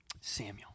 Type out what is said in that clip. Samuel